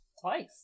Twice